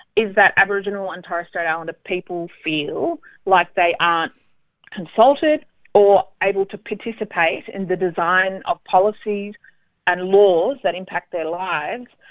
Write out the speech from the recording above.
is that aboriginal and torres strait islander people feel like they aren't consulted or able to participate in the design of policy and laws that impact their lives,